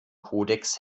kodex